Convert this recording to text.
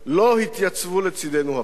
הן לא התייצבו לצדנו הפעם.